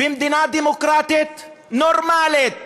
במדינה דמוקרטית נורמלית